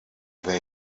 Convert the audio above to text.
they